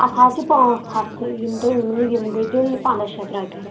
اتھ حظ چھِ پانژھ ہتھ تہِ یمِ تۄہہِ ؤنوٕ یِم گٔیہِ تیٛلہِ پنداہ شیٚتھ رۄپیہِ